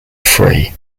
free